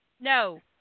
No